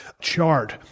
chart